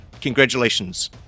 Congratulations